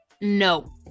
No